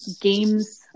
games